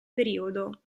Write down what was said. periodo